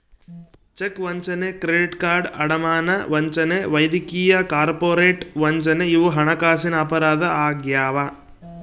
check ವಂಚನೆ credit card ಅಡಮಾನ ವಂಚನೆ ವೈದ್ಯಕೀಯ ಕಾರ್ಪೊರೇಟ್ ವಂಚನೆ ಇವು ಹಣಕಾಸಿನ ಅಪರಾಧ ಆಗ್ಯಾವ